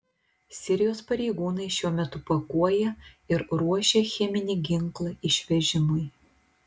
sirijos pareigūnai šiuo metu pakuoja ir ruošia cheminį ginklą išvežimui